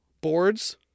boards